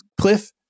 Cliff